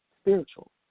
spiritual